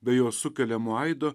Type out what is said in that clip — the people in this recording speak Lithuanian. be jos sukeliamo aido